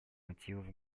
мотивов